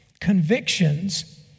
convictions